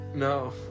No